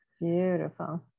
Beautiful